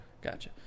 Gotcha